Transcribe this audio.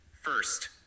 First